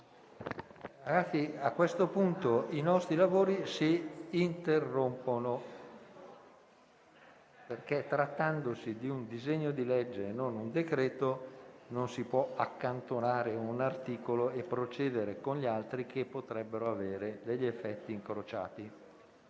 colleghi, a questo punto i nostri lavori si interrompono perché, trattandosi di un disegno di legge e non di un decreto-legge, non si può accantonare un articolo e procedere con i successivi, visto che ci potrebbero essere degli effetti incrociati.